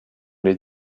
les